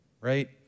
right